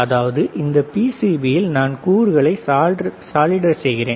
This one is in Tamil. அதாவது இந்த பிசிபியில் நான் கூறுகளை சாலிடர் செய்கிறேன்